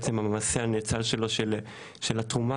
בעצם המעשה הנאצל שלו של התרומה,